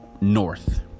north